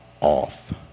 off